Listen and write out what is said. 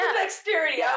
dexterity